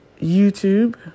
YouTube